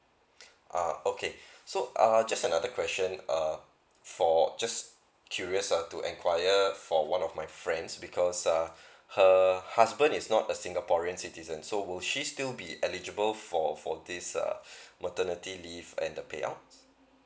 ah okay so ah just another question err for just curious lah to enquire for one of my friends because uh her husband is not a singaporean citizen so would she still be eligible for for this uh maternity leave and the payouts